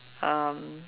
um